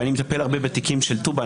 ואני מטפל הרבה בתיקים של טובא.